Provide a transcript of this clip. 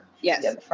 Yes